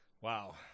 Wow